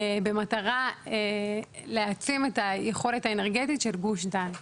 במטרה להעצים את היכולת האנרגטית של גוש דן.